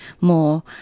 more